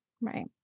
Right